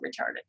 retarded